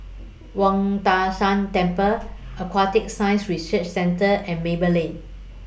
Wang Tai Shan Temple Aquatic Science Research Centre and Maple Lane